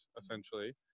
essentially